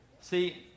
See